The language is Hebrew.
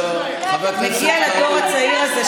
מגיע לדור הצעיר הזה,